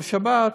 ובשבת,